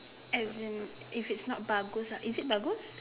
as in if it's not bagus ah is it bagus